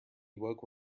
woke